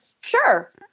sure